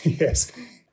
yes